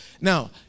Now